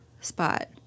spot